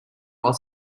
while